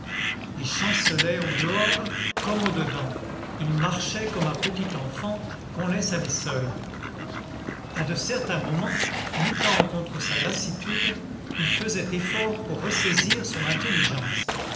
il chancelait au dehors comme au dedans il marchait comme un petit enfant qu'on laisse aller seul à de certains moments luttant contre sa lassitude il faisait effort pour ressaisir son intelligence